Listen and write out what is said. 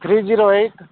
three zero eight